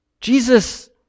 Jesus